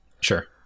Sure